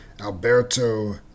Alberto